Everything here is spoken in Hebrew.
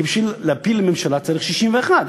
כי בשביל להפיל ממשלה צריך 61,